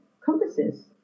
compasses